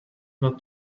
what